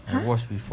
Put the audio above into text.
ha